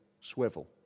swivel